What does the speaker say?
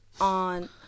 on